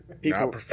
People